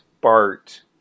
Bart